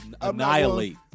annihilate